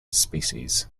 species